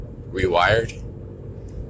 rewired